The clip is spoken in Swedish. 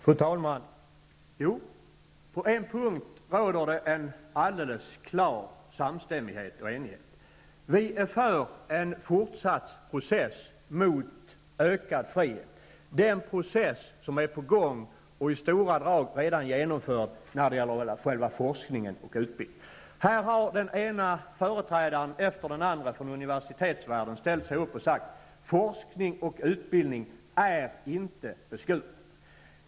Fru talman! På en punkt råder det en alldeles klar samstämmighet och enighet. Vi är för en fortsatt process mot ökad frihet, den process som är på gång och i stora drag redan är genomförd när det gäller själva forskningen och utbildningen. Här har den ena företrädaren efter den andra från universitetsvärlden ställt sig upp och sagt att forskning och utbildning inte är beskurna.